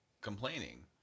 complaining